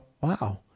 wow